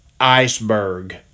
iceberg